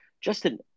Justin